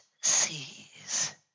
sees